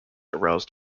aroused